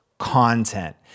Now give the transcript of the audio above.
content